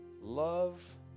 Love